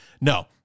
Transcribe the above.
No